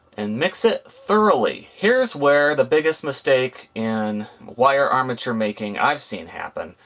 and mix it thoroughly. here's where the biggest mistake in wire armature making i've seen happen,